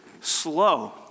slow